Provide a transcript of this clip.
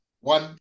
One